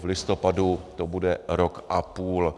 V listopadu to bude rok a půl.